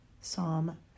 Psalm